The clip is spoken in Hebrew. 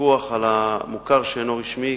לפיקוח על המוכר שאינו רשמי,